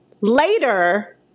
later